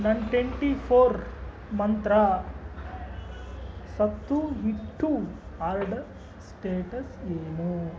ನನ್ನ twenty four ಮಂತ್ರ ಸತ್ತೂ ಹಿಟ್ಟು ಆರ್ಡರ್ ಸ್ಟೇಟಸ್ ಏನು